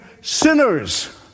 sinners